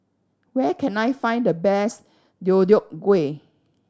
where can I find the best Deodeok Gui